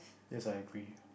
yes I agree